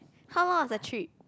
how long is the trip